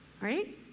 Right